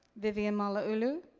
vivian malauulu?